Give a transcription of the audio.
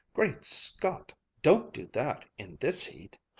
great scott! don't do that, in this heat.